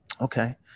Okay